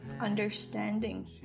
understanding